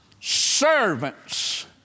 servants